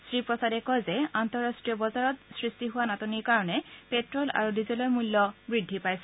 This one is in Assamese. শ্ৰী প্ৰসাদে কয় যে আন্তঃৰাষ্ট্ৰীয় বজাৰত সৃষ্টি হোৱা নাটনিৰ কাৰণে প্টে'ল আৰু ডিজেলৰ মূল্য বৃদ্ধি পাইছে